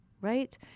right